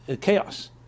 chaos